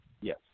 Yes